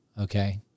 Okay